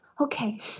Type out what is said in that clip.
Okay